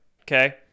Okay